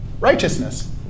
Righteousness